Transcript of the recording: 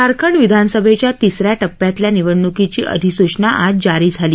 झारखंड विधानसभेच्या तिसऱ्या टप्प्यातल्या निवडणूकीची अधिसूचना आज जारी झाली